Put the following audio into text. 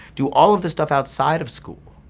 do all of the stuff outside of school.